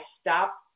stop